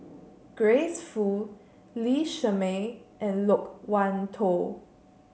Grace Fu Lee Shermay and Loke Wan Tho